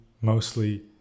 mostly